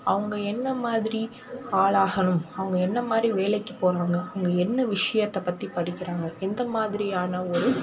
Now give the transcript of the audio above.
அவங்க என்ன மாதிரி ஆளாகணும் அவங்க என்ன மாதிரி வேலைக்கு போகிறாங்க அங்கே என்ன விஷயத்தை பற்றி படிக்கிறாங்க எந்த மாதிரியான ஒரு